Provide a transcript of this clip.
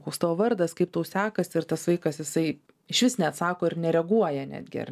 koks tavo vardas kaip tau sekasi ir tas vaikas jisai išvis neatsako ir nereaguoja netgi ar